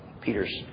Peter's